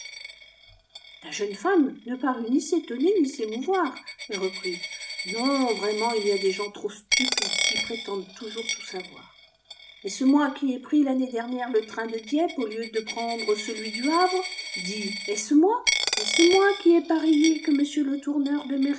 la jeune femme ne parut ni s'étonner ni s'émouvoir et reprit non vraiment il y a des gens trop stupides qui prétendent toujours tout savoir est-ce moi qui ai pris l'année dernière le train de dieppe au lieu de prendre celui du havre dis est-ce moi est-ce moi qui ai parié que m letourneur